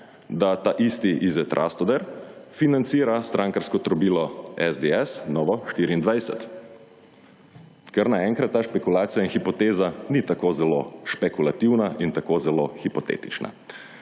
da ta isti Ized Rastoder financira strankarsko trobilo SDS Novo24. Kar naenkrat ta špekulacija in hipoteza ni tako zelo špekulativna in tako zelo hipotetična.